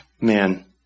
Man